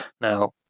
now